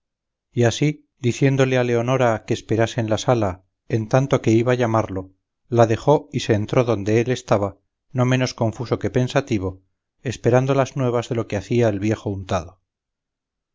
y así diciéndole a leonora que esperase en la sala en tanto que iba a llamarlo la dejó y se entró donde él estaba no menos confuso que pensativo esperando las nuevas de lo que hacía el viejo untado